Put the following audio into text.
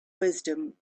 wisdom